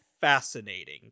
fascinating